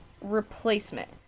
replacement